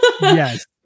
yes